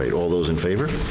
right, all those in favor?